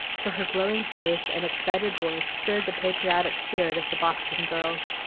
for her glowing face and excited voice stirred the patriotic spirit of the boston girls,